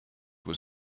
was